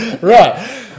Right